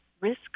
risk